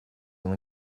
will